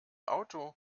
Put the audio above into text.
auto